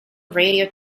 radio